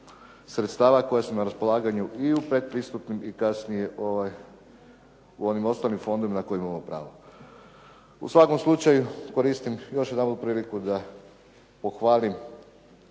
sredstava koja su na raspolaganju i u predpristupnim i kasnije u onim osnovnim fondovima na koje imamo pravo. U svakom slučaju koristim još jedanput priliku da pohvalim